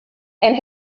and